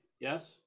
yes